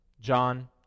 John